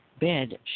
bed